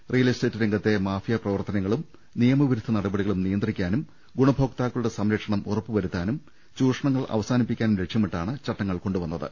real estate രംഗത്തെ mafia പ്രവർത്തനങ്ങളും നിയമവിരുദ്ധ നടപടികളും നിയന്ത്രിക്കാനും ഗുണഭോക്താക്കളുടെ സംരക്ഷണം ഉറപ്പു വരുത്താനും ചൂഷണങ്ങൾ അവസാനിപ്പിക്കാനും ലക്ഷ്യമിട്ടാണ് ചട്ടങ്ങൾ കൊണ്ടുവന്നത്